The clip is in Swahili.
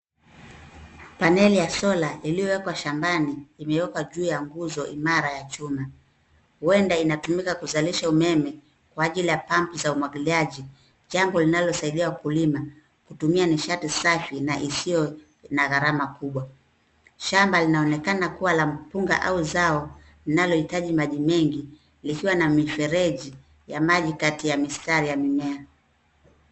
Paneli ya sola iliyowekwa shambani, imewekwa juu ya nguzo imara ya chuma. Huenda inatumika kuzalisha umeme kwa ajili ya pump za umwagiliaji, jambo linalosaidia wakulima kutumia nishati safi na isiyo na gharama kubwa. Shamba linaonekana kuwa la mpunga au zao linalohitaji maji mengi, likiwa na mifereji ya maji kati ya mistari ya mimea.